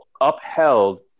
upheld